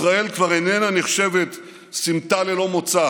ישראל כבר איננה נחשבת סמטה ללא מוצא